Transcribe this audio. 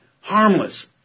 harmless